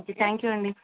okay thank you అండి